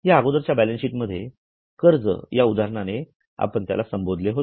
या अगोदरच्या बॅलन्सशीट मध्ये कर्ज या उदाहरणाने त्याला संबोधले होते